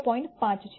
5 છે